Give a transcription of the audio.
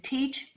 Teach